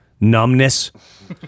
numbness